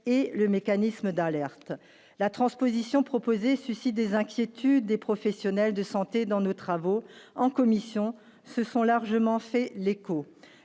et le mécanisme d'alerte la transposition proposées suscite des inquiétudes des professionnels de santé dans nos travaux en commissions se sont largement fait l'écho,